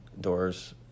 Doors